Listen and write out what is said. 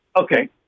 okay